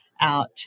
out